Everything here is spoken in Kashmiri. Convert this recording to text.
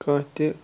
کانٛہہ تہِ